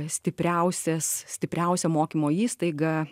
stipriausias stipriausia mokymo įstaiga